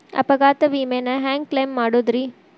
ಅಪಘಾತ ವಿಮೆನ ಹ್ಯಾಂಗ್ ಕ್ಲೈಂ ಮಾಡೋದ್ರಿ?